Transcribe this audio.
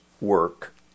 work